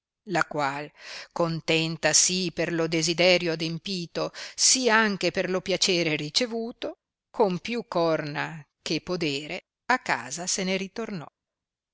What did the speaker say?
la qual contenta sì per lo desiderio adempito sì anche per lo piacere ricevuto con più corna che podere a casa se ne ritornò